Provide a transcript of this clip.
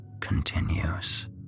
continues